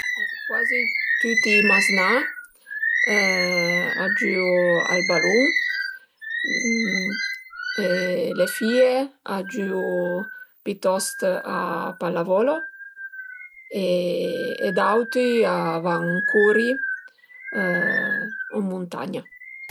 Cuazi tüti i maznà a giüu al balun e le fìe a giüu pitost a pallavolo e d'auti a van curi u ën muntagna